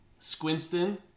Squinston